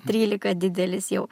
trylika didelis jau